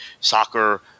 soccer